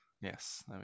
Yes